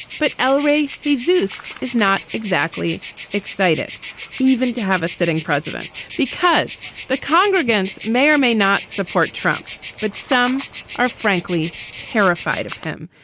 but el rey, he xue's is not exactly excited even to have a sitting president because the congregants may or may not support trump. but some are frankly terrified of him.